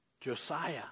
Josiah